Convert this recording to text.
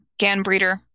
Ganbreeder